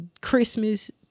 Christmas